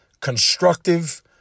constructive